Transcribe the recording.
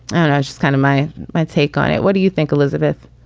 and i just kind of my my take on it. what do you think, elizabeth?